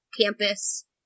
campus